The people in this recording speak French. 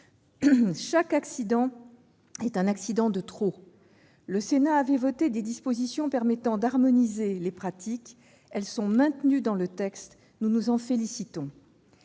Chaque accident est un accident de trop. Le Sénat avait voté des dispositions permettant d'harmoniser les pratiques. Elles sont maintenues dans le texte, ce dont nous nous félicitons.